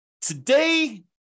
Today